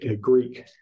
Greek